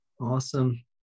Awesome